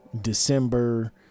December